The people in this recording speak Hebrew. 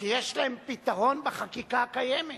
כשיש להן פתרון בחקיקה הקיימת.